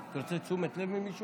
הולכים להילחם במחירי הדירות